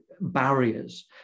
barriers